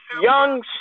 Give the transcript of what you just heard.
young